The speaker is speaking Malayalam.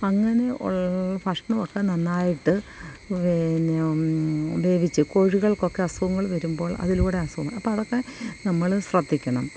അങ്ങനെ ഉള്ള ഭക്ഷണം ഒക്കെ നന്നായിട്ട് വേ വേവിച്ച് കോഴികൾക്കൊക്കെ അസുഖങ്ങൾ വരുമ്പോൾ അതിലൂടെ അസുഖം അപ്പോൾ അതൊക്കെ നമ്മൾ ശ്രദ്ധിക്കണം